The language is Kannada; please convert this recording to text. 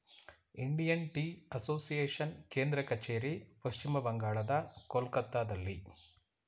ಇಂಡಿಯನ್ ಟೀ ಅಸೋಸಿಯೇಷನ್ ಕೇಂದ್ರ ಕಚೇರಿ ಪಶ್ಚಿಮ ಬಂಗಾಳದ ಕೊಲ್ಕತ್ತಾದಲ್ಲಿ